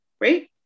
right